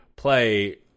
play